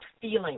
feeling